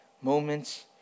Moments